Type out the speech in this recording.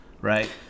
right